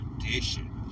tradition